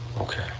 Okay